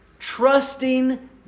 Trusting